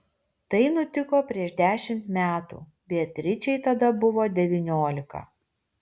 tai nutiko prieš dešimt metų beatričei tada buvo devyniolika